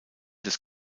des